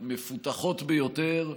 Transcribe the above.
המפותחות ביותר,